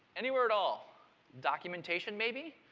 anywhere at all documentation maybe?